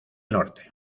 norte